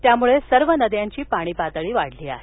त्यामुळे सर्व नद्यांची पाणी पातळी वाढली आहे